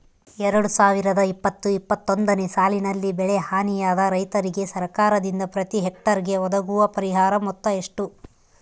ಎರಡು ಸಾವಿರದ ಇಪ್ಪತ್ತು ಇಪ್ಪತ್ತೊಂದನೆ ಸಾಲಿನಲ್ಲಿ ಬೆಳೆ ಹಾನಿಯಾದ ರೈತರಿಗೆ ಸರ್ಕಾರದಿಂದ ಪ್ರತಿ ಹೆಕ್ಟರ್ ಗೆ ಒದಗುವ ಪರಿಹಾರ ಮೊತ್ತ ಎಷ್ಟು?